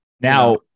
Now-